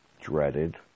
dreaded